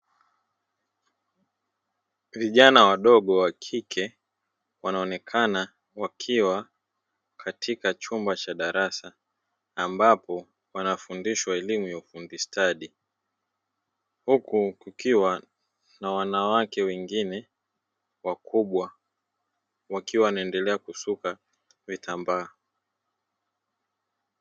Vijàna wadogo wa kike wanaonekana wakiwa katika chumba cha darasa, ambapo wanafundiswa elimu ya ufundi stadi, huku kukiwa na wanawake wengine wakubwa, wakiwa wanaendelea kusuka vitambaa.